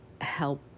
help